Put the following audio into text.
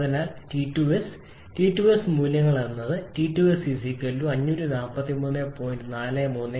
അതിനാൽ T2s T2s മൂല്യങ്ങൾ ഇടുന്നത് ഇതായിരിക്കും T2𝑠 543